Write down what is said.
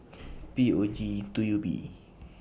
P O G two U B